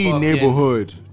neighborhood